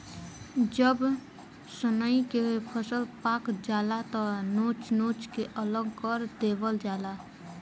जब सनइ के फसल पाक जाला त नोच नोच के अलग कर देवल जाला